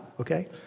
okay